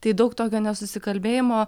tai daug tokio nesusikalbėjimo